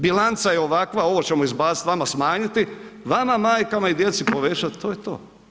Bilanca je ovakva, ovo ćemo izbacit, vama smanjiti, vama majkama i djeci povećati, to je to.